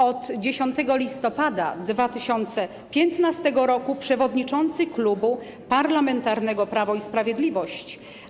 Od 10 listopada 2015 r. przewodniczący Klubu Parlamentarnego Prawo i Sprawiedliwość.